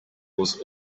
was